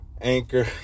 Anchor